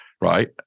right